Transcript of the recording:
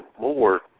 more